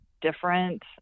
different